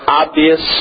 obvious